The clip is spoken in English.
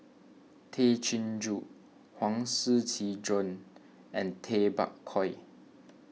Tay Chin Joo Huang Shiqi Joan and Tay Bak Koi